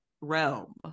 realm